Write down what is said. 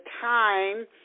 time